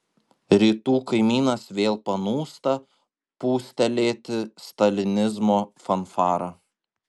rytų kaimynas vėl panūsta pūstelėti stalinizmo fanfarą